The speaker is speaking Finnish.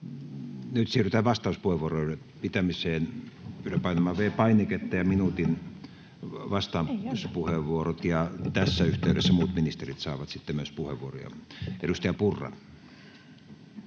Nyt siirrytään vastauspuheenvuorojen pitämiseen. Pyydän painamaan V-painiketta, ja minuutin vastauspuheenvuorot, ja tässä yhteydessä muut ministerit saavat sitten myös puheenvuoroja. — Edustaja Purra.